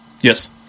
Yes